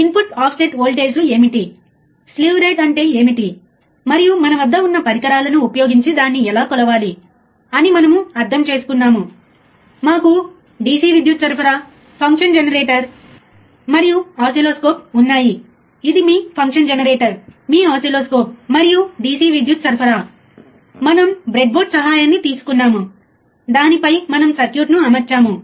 ఈ ప్రత్యేకమైన కోర్సులో భాగంగా నేను కవర్ చేస్తున్న ప్రయోగాల సమితి మనం ఇప్పటికే సిద్ధాంత భాగంలో చూశాము